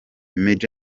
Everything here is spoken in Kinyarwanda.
maj